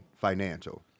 financial